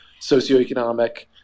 socioeconomic